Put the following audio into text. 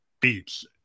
beats